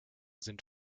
sind